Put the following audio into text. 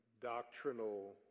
doctrinal